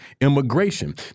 immigration